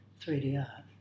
3DR